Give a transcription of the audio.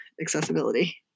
accessibility